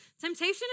Temptation